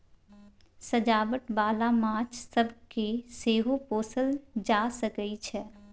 सजावट बाला माछ सब केँ सेहो पोसल जा सकइ छै